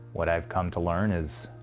what i've come to learn is,